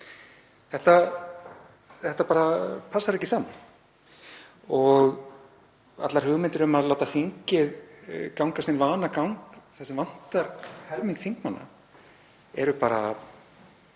Þetta bara passar ekki saman. Allar hugmyndir um að láta þingið ganga sinn vanagang þegar vantar helming þingmanna meika bara